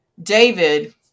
David